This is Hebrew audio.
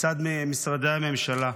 מצד משרדי הממשלה,